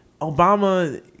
Obama